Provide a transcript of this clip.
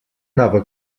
nova